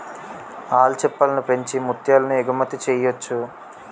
ఆల్చిప్పలను పెంచి ముత్యాలను ఎగుమతి చెయ్యొచ్చు